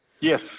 Yes